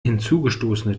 hinzugestoßene